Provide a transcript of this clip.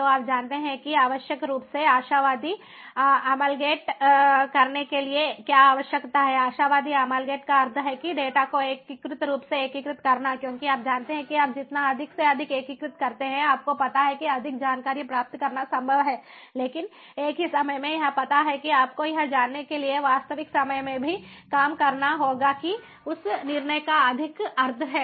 तो आप जानते हैं कि आवश्यक रूप से आशावादी अमलगेट समामेलन amalgate करने के लिए क्या आवश्यक है आशावादी अमलगेट का अर्थ है कि डेटा को एकीकृत रूप से एकीकृत करना क्योंकि आप जानते हैं कि आप जितना अधिक से अधिक एकीकृत करते हैं आपको पता है कि अधिक जानकारी प्राप्त करना संभव है लेकिन एक ही समय में यह पता है कि आपको यह जानने के लिए वास्तविक समय में भी काम करना होगा कि उस निर्णय का अधिक अर्थ है